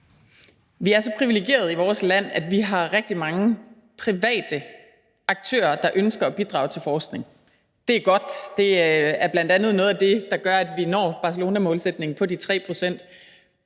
Vi er så privilegerede i vores land, at vi har rigtig mange private aktører, der ønsker at bidrage til forskning. Det er godt, og det er bl.a. noget af det, der gør, at vi når Barcelonamålsætningen på de 3